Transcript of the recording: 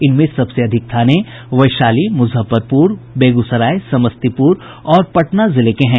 इनमें सबसे अधिक थाने वैशाली मुजफ्फरपुर बेगूसराय समस्तीपुर और पटना जिले के हैं